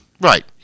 Right